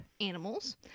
animals